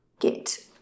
get